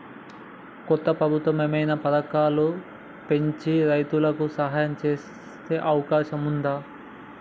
కొత్త ప్రభుత్వం ఏమైనా పథకాలు పెంచి రైతులకు సాయం చేసే అవకాశం ఉందా?